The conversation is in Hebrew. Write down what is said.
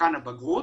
מבחן הבגרות.